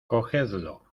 cogedlo